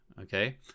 okay